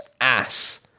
ass